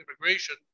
immigration